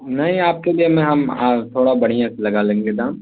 نہیں آپ کے لیے میں ہم تھوڑا بڑھیا سے لگا لیں گے دام